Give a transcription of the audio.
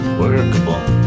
workable